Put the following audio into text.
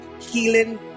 healing